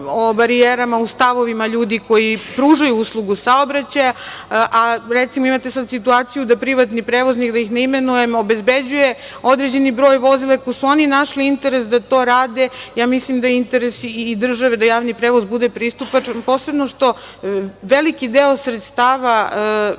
o barijerama u stavovima ljudi koji pružaju uslugu saobraćaja, a, recimo, imate sad situaciju da privatni prevoznik, da ih ne imenujem, obezbeđuje određeni broj vozila. Ako su oni našli interes da to rade, ja mislim da je interes i države da javni prevoz bude pristupačan, posebno što veliki deo sredstava, recimo